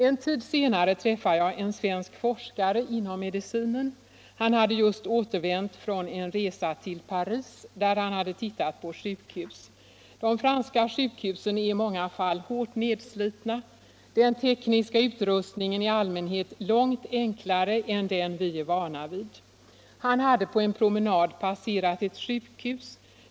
En tid senare träffade jag en svensk forskare inom medicinen. Han hade just återvänt från en resa till Paris där han hade tittat på sjukhus. De franska sjukhusen är i många fall hårt nedslitna. Den tekniska utrustningen i allmänhet långt enklare än den vi är vana vid. Han hade på en promenad passerat ett sjukhus.